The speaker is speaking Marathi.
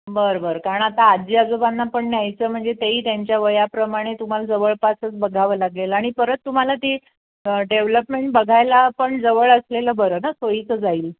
बरं बरं कारण आता आजी आजोबांना पण न्यायचं म्हणजे तेही त्यांच्या वयाप्रमाणे तुम्हाला जवळपासच बघावं लागेल आणि परत तुम्हाला ती डेव्हलपमेंट बघायला पण जवळ असलेलं बरं ना सोयीचं जाईल